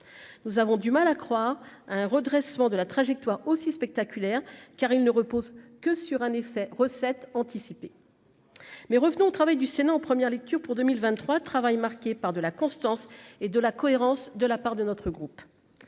nous avons du mal à croire à un redressement de la trajectoire aussi spectaculaire car il ne repose que sur un effet recettes anticipées mais revenons au travail du Sénat en première lecture, pour 2023 travail marquée par de la constance et de la cohérence de la part de notre groupe,